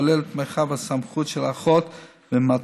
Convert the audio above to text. הכולל את מרחב הסמכות של האחות במתן